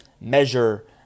Measure